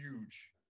huge